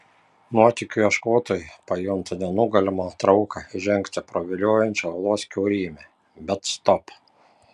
nuotykių ieškotojai pajunta nenugalimą trauką įžengti pro viliojančią olos kiaurymę bet stop